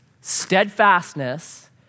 Steadfastness